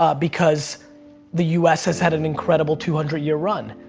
ah because the u s. has had an incredible two hundred year run.